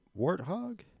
warthog